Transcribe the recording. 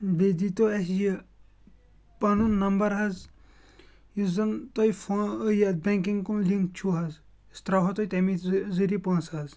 بیٚیہِ دی تو اَسہِ یہِ پَنُن نمبر حظ یُس زَن تۄہِہ فو یَتھ بٮ۪نٛکِنٛگ کُن لِنٛک چھو حظ أسۍ ترٛاہو تۄہِہ تَمے ذٔریعہٕ پونٛسہٕ حظ